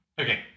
Okay